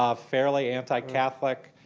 um fairly anti-catholic.